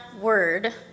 word